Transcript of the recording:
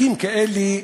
חוקים כאלה,